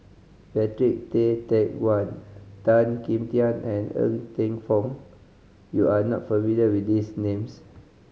Patrick Tay Teck Guan Tan Kim Tian and Ng Teng Fong you are not familiar with these names